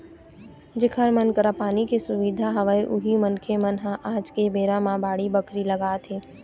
जेखर मन करा पानी के सुबिधा हवय उही मनखे मन ह आज के बेरा म बाड़ी बखरी लगाथे